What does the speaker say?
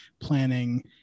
Planning